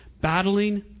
battling